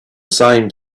same